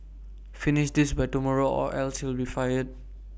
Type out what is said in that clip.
finish this by tomorrow or else you'll be fired